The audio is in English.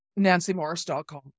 NancyMorris.com